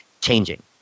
changing